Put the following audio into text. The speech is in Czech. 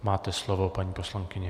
Máte slovo, paní poslankyně.